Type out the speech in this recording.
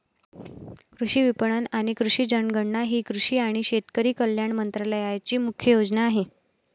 कृषी विपणन आणि कृषी जनगणना ही कृषी आणि शेतकरी कल्याण मंत्रालयाची मुख्य योजना आहे